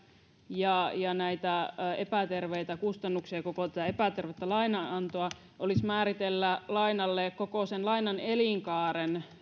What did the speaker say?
ja ja näitä epäterveitä kustannuksia koko tätä epätervettä lainanantoa olisi määritellä lainalle koko sen elinkaaren